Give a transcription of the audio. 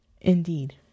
Indeed